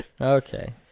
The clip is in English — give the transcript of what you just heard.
Okay